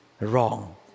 wrong